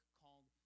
called